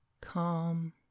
calm